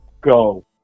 Go